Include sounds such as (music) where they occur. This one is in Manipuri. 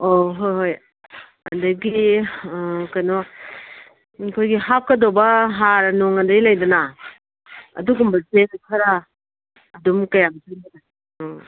ꯑꯣ ꯍꯣꯏ ꯍꯣꯏ ꯑꯗꯒꯤ ꯀꯩꯅꯣ ꯑꯩꯈꯣꯏꯒꯤ ꯍꯥꯞꯀꯗꯧꯕ ꯍꯥꯔ ꯅꯨꯡ ꯑꯗꯒꯤ ꯂꯩꯗꯅ ꯑꯗꯨꯒꯨꯝꯕꯁꯦ ꯈꯔ ꯑꯗꯨꯝ ꯀꯌꯥꯝ (unintelligible) ꯑꯥ